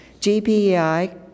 GPEI